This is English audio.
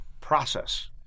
process